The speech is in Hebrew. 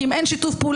כי אם אין שיתוף פעולה,